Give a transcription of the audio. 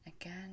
again